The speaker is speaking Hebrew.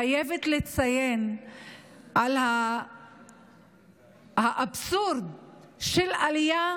אני חייבת לציין את האבסורד של עלייה